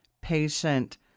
patient